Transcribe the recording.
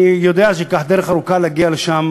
אני יודע שזו דרך ארוכה להגיע לשם.